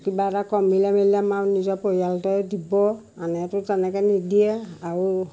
কিবা এটা কমিলে মেলিলে আমাৰ নিজৰ পৰিয়ালটোৱে দিব আনেতো তেনেকৈ নিদিয়ে আৰু